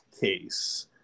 case